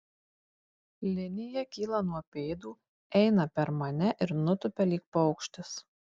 linija kyla nuo pėdų eina per mane ir nutupia lyg paukštis